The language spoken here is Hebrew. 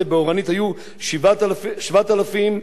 7,119 יהודים.